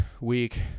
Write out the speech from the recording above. week